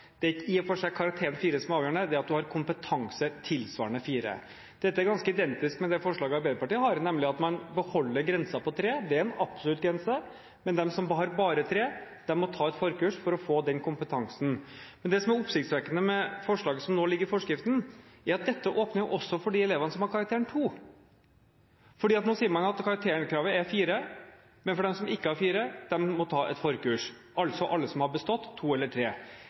det ikke i og for seg er karakteren 4 som er avgjørende, men det at man har kompetanse tilsvarende 4. Dette er ganske identisk med forslaget fra Arbeiderpartiet, nemlig at man beholder grensen på 3 – det er en absolutt grense – men at de som har bare 3, må ta et forkurs for å få den kompetansen. Det som er oppsiktsvekkende med forslaget som nå ligger i forskriften, er at dette også åpner for de elevene som har karakteren 2. Nå sier man at karakterkravet er 4, men at de som ikke har 4, må ta et forkurs – altså alle som har bestått: 2 eller